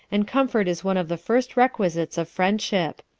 and comfort is one of the first requisites of friendship.